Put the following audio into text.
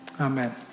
Amen